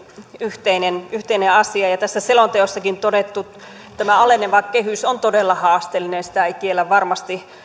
yhteinen yhteinen asia ja tässä selonteossakin todettu aleneva kehys on todella haasteellinen sitä ei kiellä varmasti